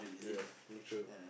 yes mature